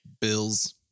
Bills